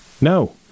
No